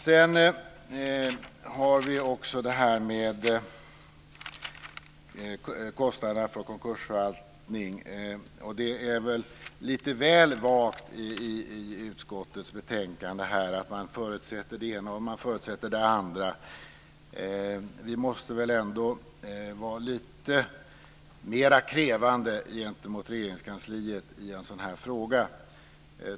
Sedan har vi kostnaderna för konkursförvaltning. Det är lite väl vagt i utskottets betänkande - man förutsätter det ena och man förutsätter det andra. Vi måste väl ändå vara lite mer krävande gentemot Regeringskansliet i en sådan här fråga.